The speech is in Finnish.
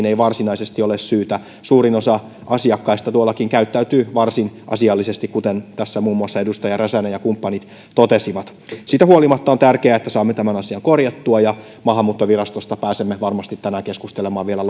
ei varsinaisesti ole syytä suurin osa asiakkaista tuollakin käyttäytyy varsin asiallisesti kuten tässä muun muassa edustaja räsänen ja kumppanit totesivat siitä huolimatta on tärkeää että saamme tämän asian korjattua ja maahanmuuttovirastosta pääsemme varmasti tänään keskustelemaan vielä